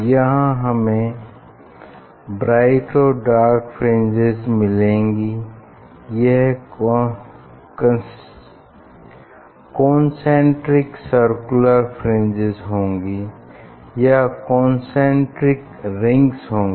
यहां हमें ब्राइट और डार्क फ्रिंजेस मिलेंगी यह कॉन्सेंट्रिक सर्कुलर फ्रिंजेस होंगी या कॉन्सेंट्रिक रिंग्स होंगी